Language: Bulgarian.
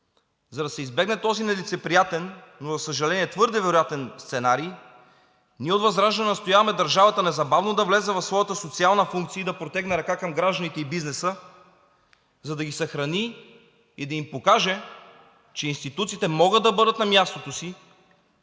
За да се избегне този нелицеприятен, но за съжаление, твърде вероятен сценарий, ние от ВЪЗРАЖДАНЕ настояваме държавата незабавно да влезе в своята социална функция и да протегне ръка към гражданите и бизнеса, за да ги съхрани и да им покаже, че институциите могат да бъдат на мястото си,